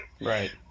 Right